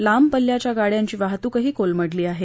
लांब पल्ल्याच्या गाडयांची वाहतुकही कोलमडली आहे